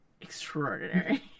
extraordinary